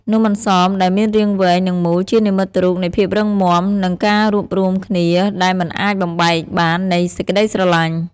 នំអន្សម ដែលមានរាងវែង និងមូល ជានិមិត្តរូបនៃភាពរឹងមាំ និងការរួបរួមគ្នាដែលមិនអាចបំបែកបាននៃសេចក្ដីស្រឡាញ់។